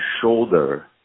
shoulder